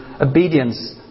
Obedience